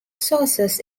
sources